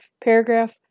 paragraph